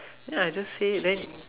ya I just say then